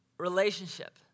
Relationship